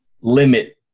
limit